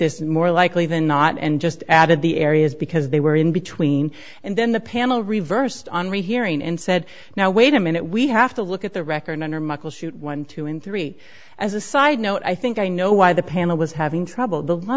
this more likely than not and just added the areas because they were in between and then the panel reversed on rehearing and said now wait a minute we have to look at the record under muckleshoot one two and three as a side note i think i know why the panel was having trouble